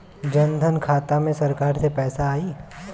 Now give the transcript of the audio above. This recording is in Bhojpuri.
जनधन खाता मे सरकार से पैसा आई?